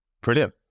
Brilliant